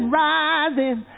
rising